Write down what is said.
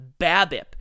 BABIP